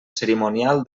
cerimonial